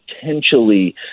potentially